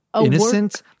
innocent